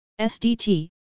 SDT